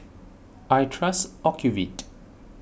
I trust Ocuvite